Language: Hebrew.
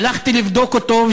הלכתי לבדוק אותו,